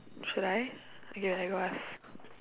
should I okay I go ask